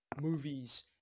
movies